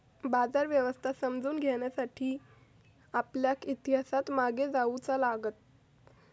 बाजार व्यवस्था समजावून घेण्यासाठी आपल्याक इतिहासात मागे जाऊचा लागात